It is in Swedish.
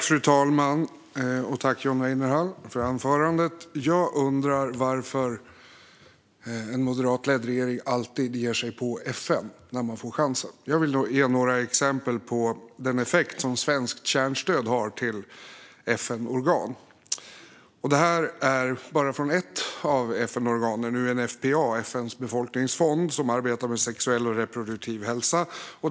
Fru talman! Tack, John Weinerhall, för anförandet! Jag undrar varför en moderatledd regering alltid ger sig på FN när man får chansen. Jag vill ge några exempel på den effekt som svenskt kärnstöd till FN-organ har. Detta är bara från ett av FN-organen, nämligen UNFPA, FN:s befolkningsfond, som arbetar med sexuell och reproduktiv hälsa och rättigheter.